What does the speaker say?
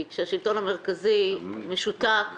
כי כשהשלטון המרכזי משותק,